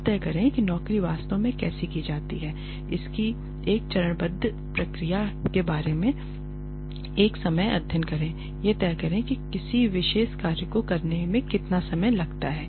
यह तय करें कि नौकरी वास्तव में कैसे की जाती है इसकी एक चरणबद्ध प्रक्रिया के साथ एक समय अध्ययन करें यह तय करें कि किसी विशेष कार्य को करने में कितना समय लगता है